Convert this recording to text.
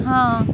हां